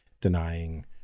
denying